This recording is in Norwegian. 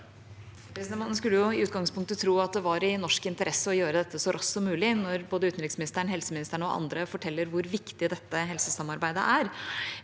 i ut- gangspunktet tro at det var i norsk interesse å gjøre dette så raskt som mulig, når både utenriksministeren, helseministeren og andre forteller hvor viktig dette helsesamarbeidet er.